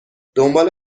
دنبال